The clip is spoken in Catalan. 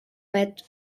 pet